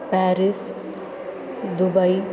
Paris Dubai